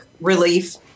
relief